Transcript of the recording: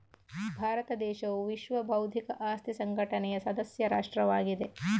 ಭಾರತ ದೇಶವು ವಿಶ್ವ ಬೌದ್ಧಿಕ ಆಸ್ತಿ ಸಂಘಟನೆಯ ಸದಸ್ಯ ರಾಷ್ಟ್ರವಾಗಿದೆ